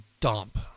dump